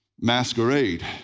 masquerade